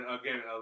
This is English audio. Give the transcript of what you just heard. again